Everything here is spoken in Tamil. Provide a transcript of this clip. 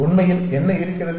உண்மையில் என்ன இருக்கிறது